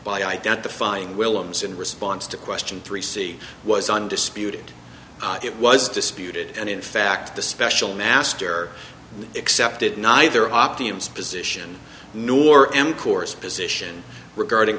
by identifying willems in response to question three c was undisputed it was disputed and in fact the special man excepted neither op teams position nor am course position regarding